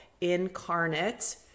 incarnate